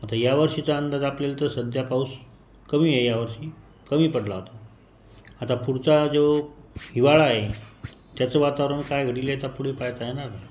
आता यावर्षीचा अंदाज आपल्याला तर सध्या पाऊस कमी आहे या वर्षी कमी पडला होता आता पुढचा जो हिवाळा आहे त्याचं वातावरण काय घडेल याचा पुढे पत्ता येणार आहे